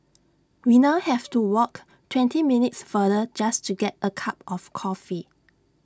we now have to walk twenty minutes farther just to get A cup of coffee